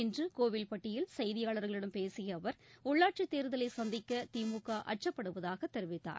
இன்று கோவில்பட்டியில் செய்தியாளர்களிடம் பேசிய அவர் உள்ளாட்சித் தேர்தலை சந்திக்க திமுக அச்சப்படுவதாக தெரிவித்தார்